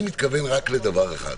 אני מתכוון רק לדבר אחד,